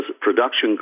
production